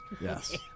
Yes